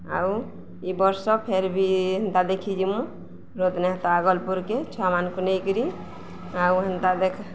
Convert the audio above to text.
ଆଉ ଇ ବର୍ଷ ଫେର୍ ବି ହେନ୍ତା ଦେଖିଯିମୁ ମୁଁ ରଥ ନାତ ଆଗଲ୍ପୁର୍କେ ଛୁଆମାନ୍କୁ ନେଇକିରି ଆଉ ହେନ୍ତା ଦେଖ